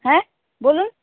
হ্যাঁ বলুন